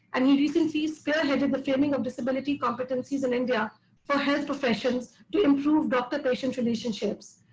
and he recently spearheaded the filming of disability competencies in india for health professions to improve doctor-patient relationships.